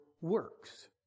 works